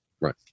Right